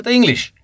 English